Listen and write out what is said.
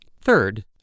Third